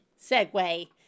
segue